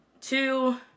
Two